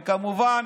וכמובן